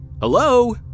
Hello